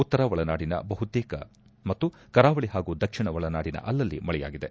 ಉತ್ತರ ಒಳನಾಡಿನ ಬಹುತೇಕ ಮತ್ತು ಕರಾವಳಿ ಹಾಗೂ ದಕ್ಷಿಣ ಒಳನಾಡಿನ ಅಲ್ಲಲ್ಲಿ ಮಳೆಯಾಗಿದೆ